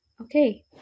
okay